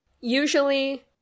usually